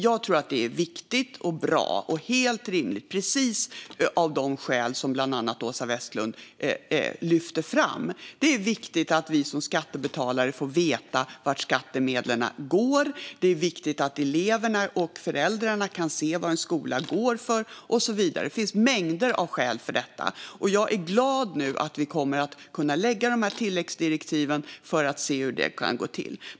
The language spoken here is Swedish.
Jag tror att detta är viktigt och bra och helt rimligt, av precis de skäl som bland andra Åsa Westlund lyfte fram. Det är viktigt att vi som skattebetalare får veta vart skattemedlen går. Det är viktigt att eleverna och föräldrarna kan se vad en skola går för och så vidare. Det finns mängder av skäl till detta, och jag är glad att vi nu kommer att kunna ge tilläggsdirektiv för att få se hur detta kan gå till.